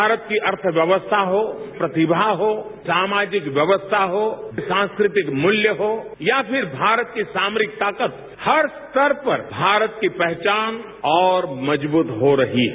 भारत की अर्थव्यवस्था हो प्रतिभा हो सामाजिक व्यवस्था हो सांस्कृतिक मूल्य हो या फिर भारत की सामरिक ताकत हर स्तर पर भारत की पहचान और मजबूत हो रही है